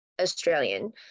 australian